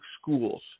schools